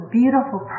beautiful